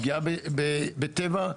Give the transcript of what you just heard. פגיעה בטבע,